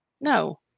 No